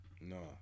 No